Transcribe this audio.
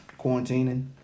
Quarantining